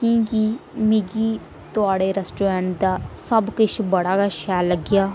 कि के मिगी थुआड़े रेस्ट्रोरेंट दा सब किश बड़ा गै शैल लग्गेआ